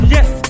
Yes